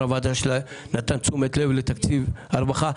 ראש הוועדה שנתן תשומת לב לתקציב הרווחה.